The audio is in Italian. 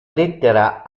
lettera